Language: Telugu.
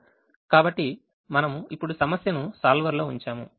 కాబట్టి మనము ఇప్పుడు సమస్యను solver లో ఉంచాము